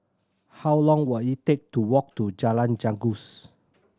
how long will it take to walk to Jalan Janggus